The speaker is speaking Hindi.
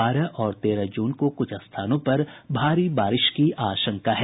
बारह और तेरह जून को कुछ स्थानों पर भारी बारिश की आशंका है